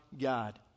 God